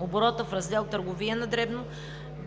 оборота в Раздел „Търговия на дребно“